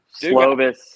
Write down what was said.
Slovis